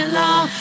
long